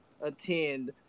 attend